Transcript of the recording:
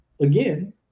again